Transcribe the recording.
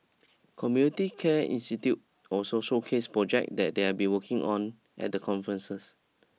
community care institute also showcased projects that they have been working on at the conferences